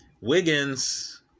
Wiggins